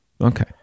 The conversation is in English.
Okay